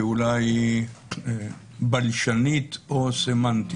אולי היא בלשנית או סמנטית.